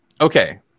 Okay